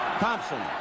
Thompson